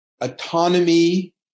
autonomy